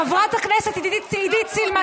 חברת הכנסת עידית סילמן,